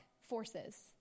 forces